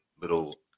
little